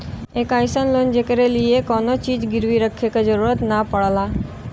एक अइसन लोन जेकरे लिए कउनो चीज गिरवी रखे क जरुरत न पड़ला